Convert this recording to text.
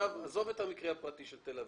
עכשיו עזוב את המקרה הפרטי של תל אביב.